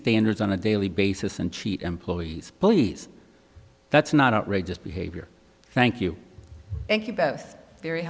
standards on a daily basis and cheat employees please that's not outrageous behavior thank you thank you